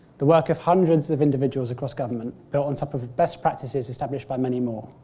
the work of hundreds of individuals across government built on top of best practices established by many more.